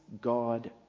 God